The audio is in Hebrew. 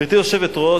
גברתי היושבת-ראש,